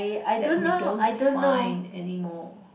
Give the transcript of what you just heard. that we don't find anymore